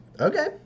Okay